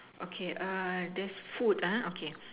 okay err there's food uh okay